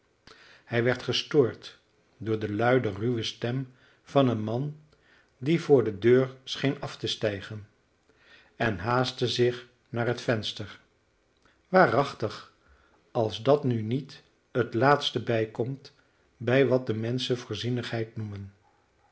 hij werd gestoord door de luide ruwe stem van een man die voor de deur scheen af te stijgen en haastte zich naar het venster waarachtig als dat nu niet het naaste bijkomt bij wat de menschen voorzienigheid noemen